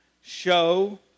show